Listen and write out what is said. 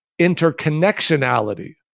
interconnectionality